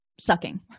sucking